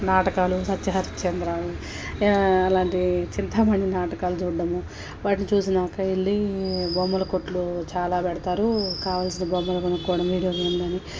నాటకాలు సత్యహరిశ్చంద్ర అలాంటివి చింతామణి నాటకాలు చూడడము వాటిని చూసినాక వెళ్ళి బొమ్మల కొట్లు చాలా పెడతారు కావలసిన బొమ్మలు కొనుక్కోవడము వీడియో గేమ్లు అని